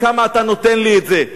בכמה אתה נותן לי את זה?